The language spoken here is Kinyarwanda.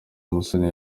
musoni